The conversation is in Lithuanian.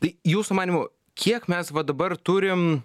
tai jūsų manymu kiek mes va dabar turim